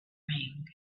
ring